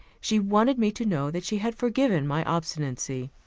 she wanted me to know that she had forgiven my obstinacy,